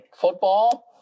Football